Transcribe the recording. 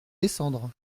descendre